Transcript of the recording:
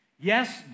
yes